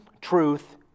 truth